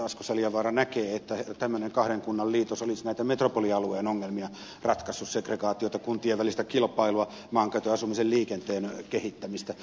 asko seljavaara näkee että tämmöinen kahden kunnan liitos olisi näitä metropolialueen ongelmia ratkaissut segregaatiota kuntien välistä kilpailua maankäytön asumisen ja liikenteen kehittämistä